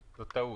לשם זה התכנסנו.